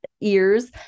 ears